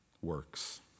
Works